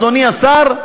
אדוני השר,